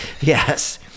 Yes